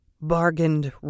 bargained